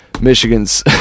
Michigan's